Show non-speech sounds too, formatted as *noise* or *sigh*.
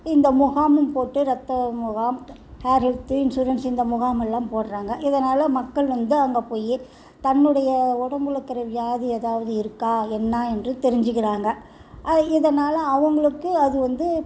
இந்த முகாமும் போட்டு ரத்த முகாம் *unintelligible* ஹெல்த்து இன்சூரன்ஸ் இந்த முகாமெல்லாம் போடுறாங்க இதனால் மக்கள் வந்து அங்கே போய் தன்னுடைய உடம்பில் இருக்கிற வியாதி எதாவது இருக்கா என்ன என்று தெரிஞ்சிக்கிறாங்க இதனால் அவங்களுக்கு அது வந்து